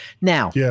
Now